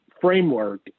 framework